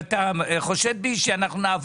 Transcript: הרשות לא יכולה לתת שירות יותר טוב ממה שהיא נתנה